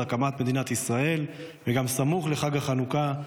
הקמת מדינת ישראל וגם סמוך לחג החנוכה,